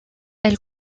elle